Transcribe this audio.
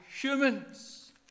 humans